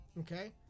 okay